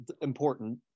important